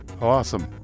Awesome